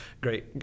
Great